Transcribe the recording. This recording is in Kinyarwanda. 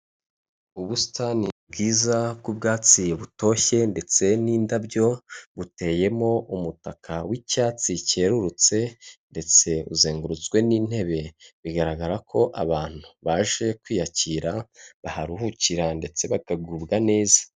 Ubusitani bwiza bw'ubwatsi butoshye ndetse n'indabyo buteyemo umutaka w'icyatsi cyererutse ndetse uzengurutswe n'intebe, bigaragara ko abantu baje kwiyakira baharuhukira ndetse bakagubwa neza.